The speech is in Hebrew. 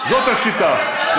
זאת השיטה.